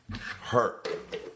Hurt